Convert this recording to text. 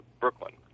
Brooklyn